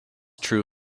true